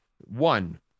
One